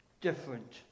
different